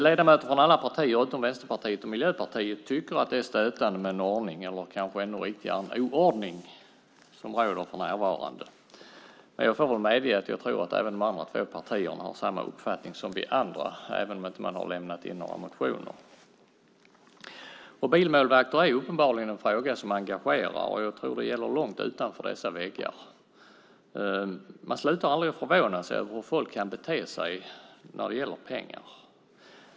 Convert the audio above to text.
Ledamöter från alla partier utom Vänsterpartiet och Miljöpartiet tycker att det är stötande med den ordning, eller kanske ännu riktigare den oordning, som för närvarande råder. Dock får jag väl medge att jag tror att även de två partierna har samma uppfattning som vi andra, även om de inte har väckt några motioner. Bilmålvakter är uppenbarligen en fråga som engagerar, och jag tror att det gäller långt utanför dessa väggar. Man slutar aldrig att förvåna sig över hur folk kan bete sig när det gäller pengar.